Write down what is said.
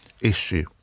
issue